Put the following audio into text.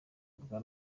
rwa